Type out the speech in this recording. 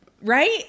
Right